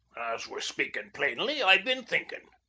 as we're speaking plainly, i've been thinkin'.